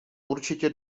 určitě